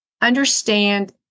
understand